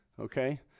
Okay